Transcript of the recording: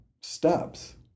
steps